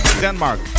Denmark